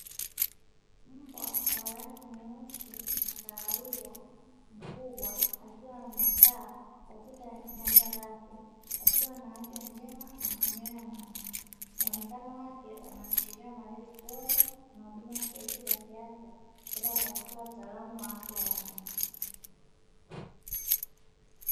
Mbwa wa rangi nyeusi na kahawia mkubwa, akiwa amekaa katika banda lake akiwa na afya njema na manyoya yanayong'aa. Muonekano wake unaashiria malezi bora na huduma stahiki za kiafya, kutoka katika wataalamu wa afya ya wanyama.